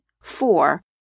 Four